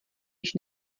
již